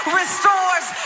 restores